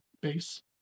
base